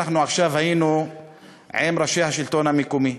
אנחנו היינו עכשיו עם ראשי השלטון המקומי,